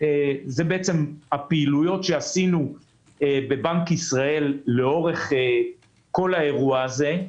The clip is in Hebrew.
הפעילויות שעשינו בבנק ישראל לאורך כל האירוע הזה,